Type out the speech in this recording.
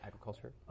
Agriculture